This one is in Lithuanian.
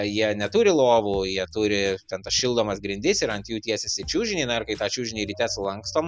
jie neturi lovų jie turi ten tas šildomas grindis ir ant jų tiesiasi čiužinį na ir kai tą čiužinį ryte sulankstom